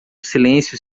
silêncio